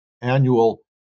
annual